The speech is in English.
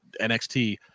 NXT